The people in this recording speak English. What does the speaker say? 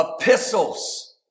epistles